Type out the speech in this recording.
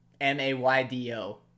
M-A-Y-D-O